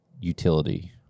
utility